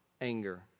anger